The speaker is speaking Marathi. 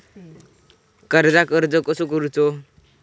कर्जाक अर्ज कसो करूचो?